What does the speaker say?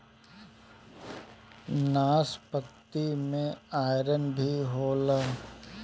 नाशपाती में आयरन भी होला